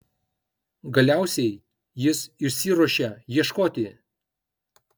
galiausiai jis išsiruošia ieškoti